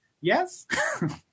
Yes